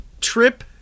Trip